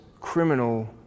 criminal